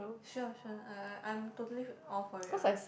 sure sure I I I'm totally f~ all for it one